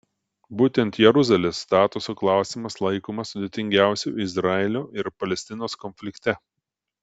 būtent jeruzalės statuso klausimas laikomas sudėtingiausiu izraelio ir palestinos konflikte